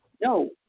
no